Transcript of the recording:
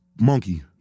Monkey